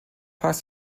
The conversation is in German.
bachs